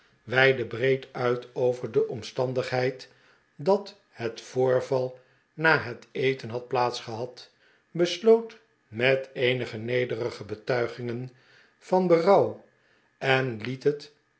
weidde breed uit over de omstandigheid dat het voorval na het eten had plaats gehad besloot met eenige nederige betuigingen van berouw en liet het